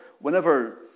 whenever